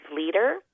leader